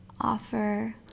offer